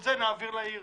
את זה נעביר לעיר.